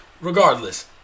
Regardless